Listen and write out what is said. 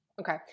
Okay